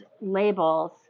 labels